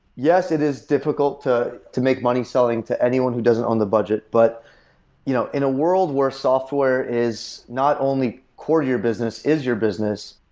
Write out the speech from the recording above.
yes, it is difficult to to make money selling to anyone who doesn't own the budget. but you know in a world where software is not only core to your business, is your business,